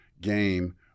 game